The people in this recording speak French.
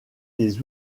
des